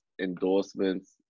endorsements